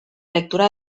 lectura